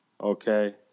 okay